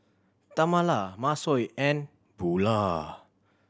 Tamala Masao and Bulah